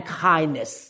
kindness